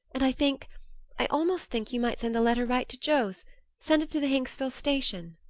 and i think i almost think you might send the letter right to joe's send it to the hinksville station.